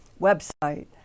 website